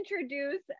introduce